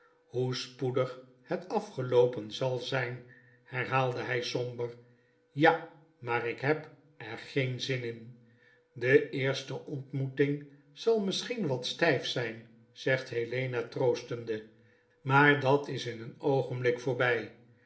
hoe spoedig het afgeloopen zal zyn herhaalde hy somber ja maar ik heb er geen zin in de eerste ontmoeting zal misschien wat stijf zyn zegt helena troostende maar dat is in een oogenblik voorby